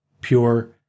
pure